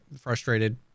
frustrated